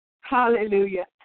hallelujah